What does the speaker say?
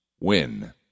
win